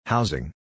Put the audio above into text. Housing